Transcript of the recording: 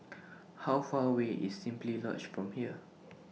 How Far away IS Simply Lodge from here